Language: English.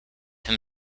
him